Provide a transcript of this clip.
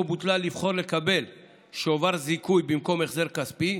בוטלה לבחור לקבל שובר זיכוי במקום החזר כספי,